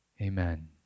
amen